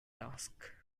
task